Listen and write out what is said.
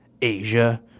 Asia